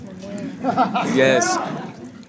Yes